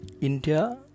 India